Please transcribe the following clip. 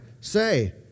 say